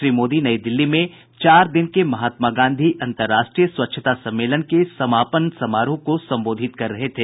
श्री मोदी नई दिल्ली में चार दिन के महात्मा गांधी अंतर्राष्ट्रीय स्वच्छता सम्मेलन के समापन समारोह को संबोधित कर रहे थे